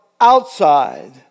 outside